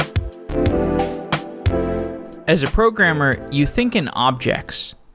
ah as a programmer, you think in objects.